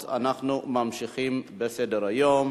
7, אין מתנגדים.